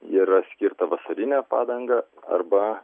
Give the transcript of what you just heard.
yra skirta vasarinė padanga arba